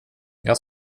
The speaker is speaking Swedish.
jag